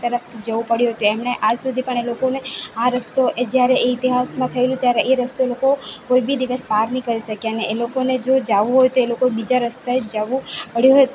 તરફ જવું પડ્યું હતું તેમણે આજસુધી પણ એ લોકોને આ રસ્તો એ જ્યારે એ ઈતિહાસમાં થએલું ત્યારે એ રસ્તો લોકો કોઈ બી દિવસ પાર નઈ કરી શક્યા ને એ લોકોને જો જાવું હોયતો તે લોકો બીજા રસ્તે જ જાવું પડ્યું